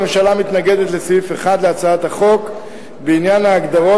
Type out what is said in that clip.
הממשלה מתנגדת לסעיף 1 להצעת החוק בעניין ההגדרות,